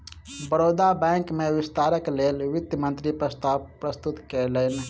Baroda bank में विस्तारक लेल वित्त मंत्री प्रस्ताव प्रस्तुत कयलैन